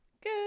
Good